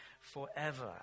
forever